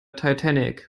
titanic